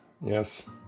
Yes